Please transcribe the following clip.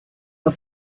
the